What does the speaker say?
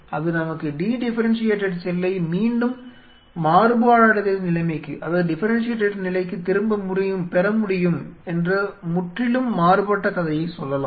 அது நமக்கு டி டிஃபெரெண்ஷியேடெட் செல்லை மீண்டும் மாறுபாடடைதல் நிலைக்கு திரும்பப் பெற முடியும் என்று முற்றிலும் மாறுபட்ட கதையைச் சொல்லலாம்